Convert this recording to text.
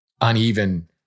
uneven